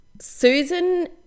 Susan